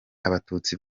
abatutsi